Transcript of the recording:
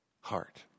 heart